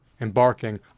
embarking